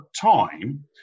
time